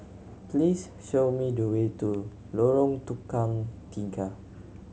please show me the way to Lorong Tukang Tiga